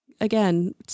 again